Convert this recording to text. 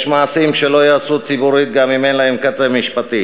יש מעשים שלא ייעשו ציבורית גם אם אין להם קצה משפטי.